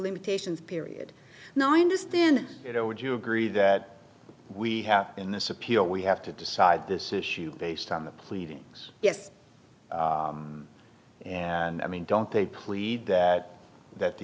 limitations period now i understand you know would you agree that we have in this appeal we have to decide this issue based on the pleadings yes and i mean don't they plead that that the